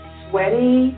sweaty